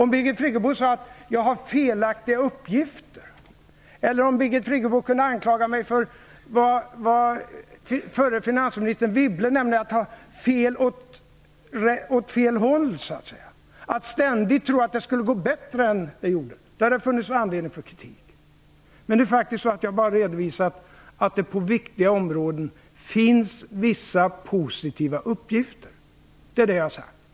Om Birgit Friggebo hade sagt att jag hade felaktiga uppgifter, eller om hon hade kunnat anklaga mig för det som förra finansministern Anne Wibble nämnde, att jag ständigt har fel så att säga åt fel håll, dvs. att jag ständigt skulle tro att det skulle gå bättre än vad det gjorde, då hade det funnits anledning till kritik. Men nu är det faktiskt så att jag bara har redovisat att det på viktiga områden finns vissa positiva uppgifter. Det är vad jag har sagt.